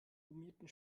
gummierten